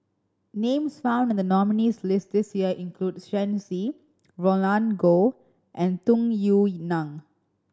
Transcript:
names found in the nominees' list this year include Shen Xi Roland Goh and Tung Yue Nang